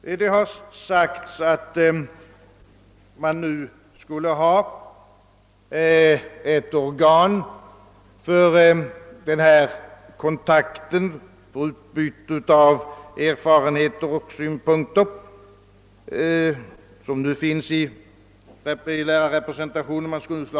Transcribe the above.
Det har gjorts gällande att bl.a. samarbetsnämnderna skulle kunna vara ett organ för den kontakt och för det utbyte av erfarenheter och synpunkter, som lärarrepresentationen nu ger.